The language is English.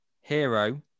Hero